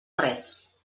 res